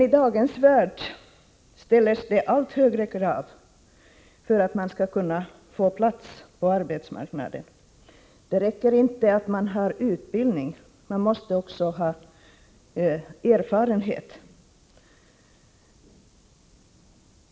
I dagens värld ställs det allt högre krav på dem som vill få en plats på arbetsmarknaden. Det räcker inte att ha utbildning — man måste också ha erfarenhet.